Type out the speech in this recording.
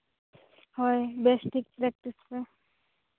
ᱦᱳᱭ ᱵᱮᱥ ᱴᱷᱤᱠ ᱯᱨᱮᱠᱴᱤᱥ ᱯᱮ